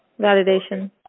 Validation